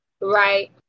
Right